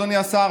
אדוני השר,